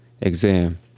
exam